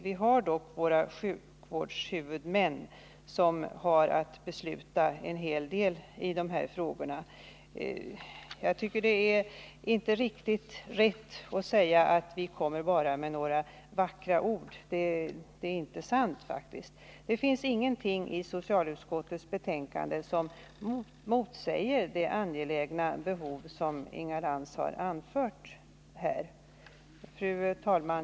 Vi har dock våra sjukvårdshuvudmän, och det är de som Nr 28 haratt besluta en hel del i dessa frågor. Jag tycker inte att det är riktigt korrekt att säga att vi bara kommer med vackra ord. Det är faktiskt inte sant. Det finns ingenting i utskottets betänkande som motsäger det som Inga Lantz här har framhållit om det angelägna behovet av åtgärder. Fru talman!